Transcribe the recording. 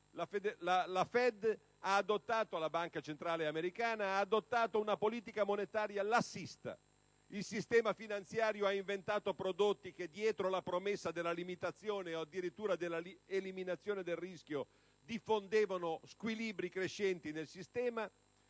reddito, la FED (Banca centrale americana) ha adottato una politica monetaria lassista. Il sistema finanziario ha inventato prodotti che, dietro la promessa della limitazione o addirittura della eliminazione del rischio, diffondevano squilibri crescenti del sistema;